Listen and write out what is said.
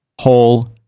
whole